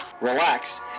relax